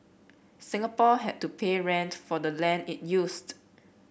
Singapore had to pay rent for the land it used